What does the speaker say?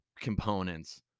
components